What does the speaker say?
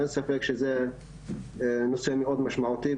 אין ספק שזה נושא מאוד משמעותי,